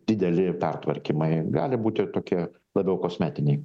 dideli pertvarkymai gali būti tokie labiau kosmetiniai